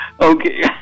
Okay